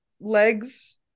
legs